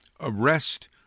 arrest